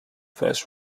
first